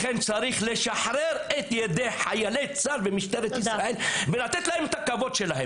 לכן צריך לשחרר את ידי חיילי צה"ל ומשטרת ישראל ולתת להם את הכבוד שלהם.